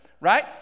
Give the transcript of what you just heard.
right